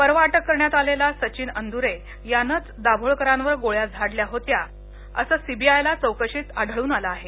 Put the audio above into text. परवा अटक करण्यात आलेला सचिन अन्दुरे यानंच दाभोळकरांवर गोळ्या झाडल्या होत्या असं सीबीआयला चौकशीत आढळून आलं आहे